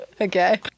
okay